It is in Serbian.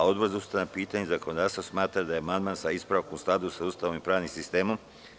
Odbor za ustavna pitanja i zakonodavstvo smatra da je amandman sa ispravkom u skladu sa Ustavom i pravnim sistemom.